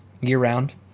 year-round